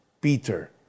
Peter